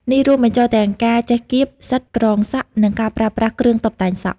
នេះរួមបញ្ចូលទាំងការចេះកៀប សិត ក្រងសក់ និងការប្រើប្រាស់គ្រឿងតុបតែងសក់។